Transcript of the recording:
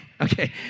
Okay